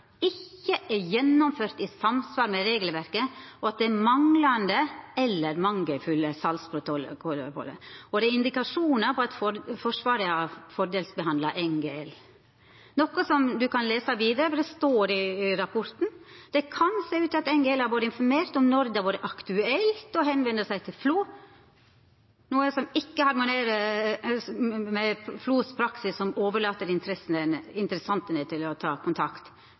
ikkje er gjennomført i samsvar med regelverket, og at det er manglande eller mangelfulle salsprotokollar. Og det er indikasjonar på at Forsvaret har fordelsbehandla NGL, noko ein kan lesa om i rapporten: «Det kan se ut til at NGL har vært informert om når det har vært aktuelt å henvende seg til FLO, noe som ikke harmoniserer med FLOs praksis som overlater til interessentene å ta kontakt.»